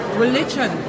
religion